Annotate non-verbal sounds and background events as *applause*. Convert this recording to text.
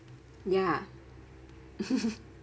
ya *laughs*